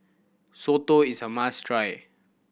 soto is a must try